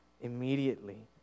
immediately